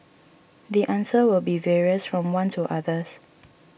the answer will be various from one to others